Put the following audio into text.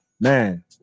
man